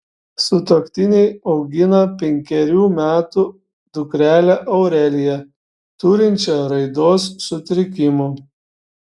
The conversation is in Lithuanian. sutuoktiniai augina penkerių metų dukrelę aureliją turinčią raidos sutrikimų